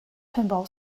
pinball